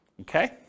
Okay